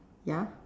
ya